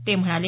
ते म्हणाले